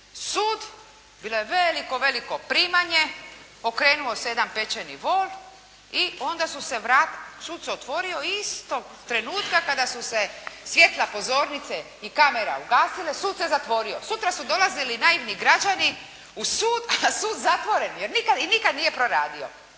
sud, bilo je veliko, veliko primanje, okrenuo se jedan pečeni vol i onda sud se otvorio istog trenutka kada su se svjetla pozornice i kamere ugasile, sud se zatvorio. Sutra su dolazili naivni građani u sud, a sud zatvoren i nikad nije proradio.